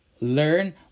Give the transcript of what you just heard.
learn